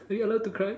are we allowed to cry